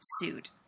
suit